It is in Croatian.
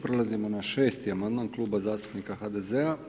Prelazimo na 6. amandman Kluba zastupnika HDZ-a.